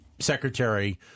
secretary